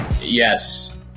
Yes